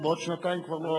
שבעוד שנתיים כבר לא,